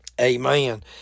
Amen